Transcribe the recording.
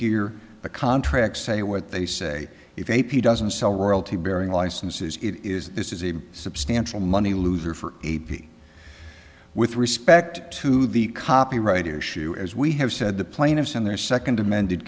here the contracts say what they say if a p doesn't sell royalty bearing licenses it is this is a substantial money loser for a p with respect to the copyright issue as we have said the plaintiffs in their second amended